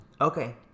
Okay